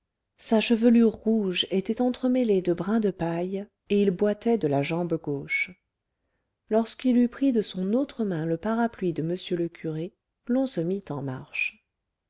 sa chevelure rouge était entremêlée de brins de paille et il boitait de la jambe gauche lorsqu'il eut pris de son autre main le parapluie de m le curé l'on se mit en marche